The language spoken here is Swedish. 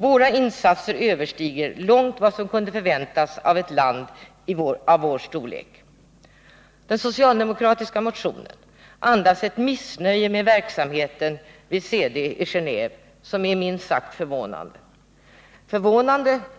Våra insatser överstiger vida vad som kunde förväntas av ett land av vår storlek. Den socialdemokratiska motionen andas ett missnöje med verksamheten vid CD i Geneve som är minst sagt förvånande,